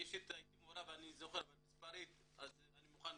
אישית הייתי מעורב במספרים אז אני מוכן